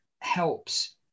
helps